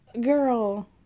Girl